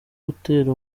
gutera